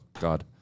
God